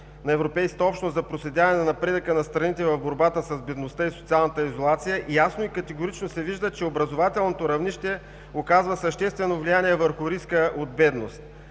на европейската общност за проследяване напредъка на страните в борбата с бедността и социалната изолация, ясно и категорично се вижда, че образователното равнище оказва съществено влияние върху риска от бедност.